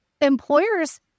employers